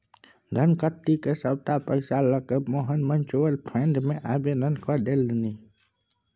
धनकट्टी क सभटा पैसा लकए मोहन म्यूचुअल फंड मे आवेदन कए देलनि